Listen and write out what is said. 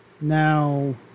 Now